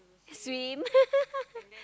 swim